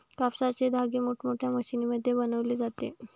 कापसाचे धागे मोठमोठ्या मशीनमध्ये बनवले जातात